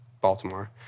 Baltimore